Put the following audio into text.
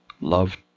love